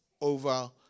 over